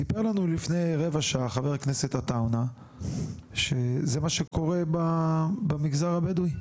סיפר לנו לפני רבע שעה חבר הכנסת עטאונה שזה מה שקורה במגזר הבדואי.